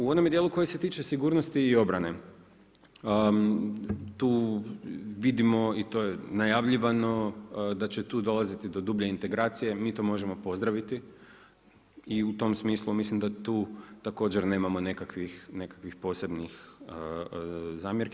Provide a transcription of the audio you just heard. U onome dijelu koji se tiče sigurnosti i obrane tu vidimo i to je najavljivano da će dolaziti do dublje integracije, mi to možemo pozdraviti, i u tom smislu mislim da tu također nemamo nekakvih posebnih zamjerki.